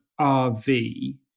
RV